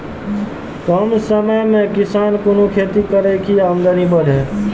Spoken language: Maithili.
कम समय में किसान कुन खैती करै की आमदनी बढ़े?